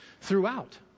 throughout